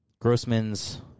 Grossman's